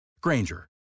Granger